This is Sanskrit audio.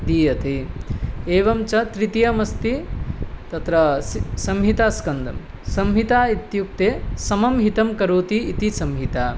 दीयते एवं च तृतीयः अस्ति तत्र सि संहितास्कन्धः संहिता इत्युक्ते समं हितं करोति इति संहिता